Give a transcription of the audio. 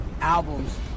albums